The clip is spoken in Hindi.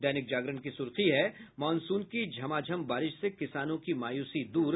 दैनिक जागरण की सुर्खी है मॉनसून की झमाझम बारिश से किसानों की मायूसी दूर